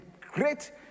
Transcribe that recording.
great